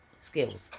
skills